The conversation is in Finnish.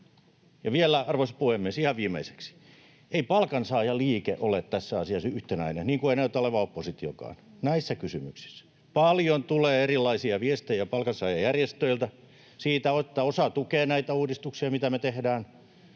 Ja vielä, arvoisa puhemies, ihan viimeiseksi: Ei palkansaajaliike ole tässä asiassa yhtenäinen, niin kuin ei näytä olevan oppositiokaan näissä kysymyksissä. Paljon tulee erilaisia viestejä palkansaajajärjestöiltä siitä, että osa tukee näitä uudistuksia, mitä me tehdään,